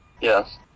Yes